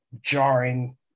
jarring